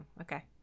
okay